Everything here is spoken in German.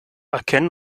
erkennen